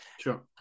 Sure